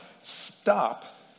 Stop